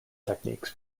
techniques